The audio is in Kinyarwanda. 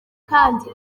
kandi